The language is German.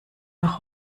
noch